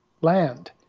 land